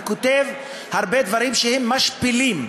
וכותב הרבה דברים משפילים,